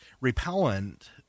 repellent